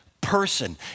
person